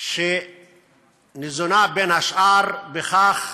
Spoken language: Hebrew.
שניזונה בין השאר מכך